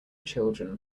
children